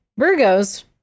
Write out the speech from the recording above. Virgos